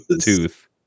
tooth